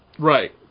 Right